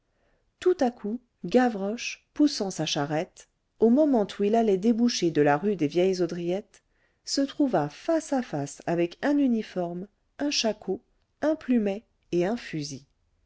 tout à coup gavroche poussant sa charrette au moment où il allait déboucher de la rue des vieilles haudriettes se trouva face à face avec un uniforme un shako un plumet et